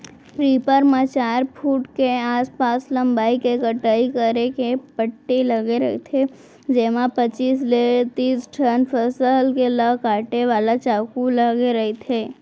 reaper म चार foot के आसपास लंबई के कटई करे के पट्टी लगे रहिथे जेमा पचीस ले तिस ठन फसल ल काटे वाला चाकू लगे रहिथे